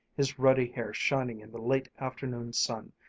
his ruddy hair shining in the late afternoon sun,